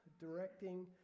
directing